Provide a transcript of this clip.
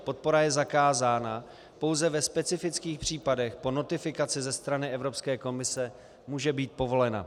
Podpora je zakázána, pouze ve specifických případech po notifikaci ze strany Evropské komise může být povolena.